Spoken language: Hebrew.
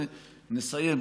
ונסיים,